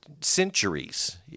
Centuries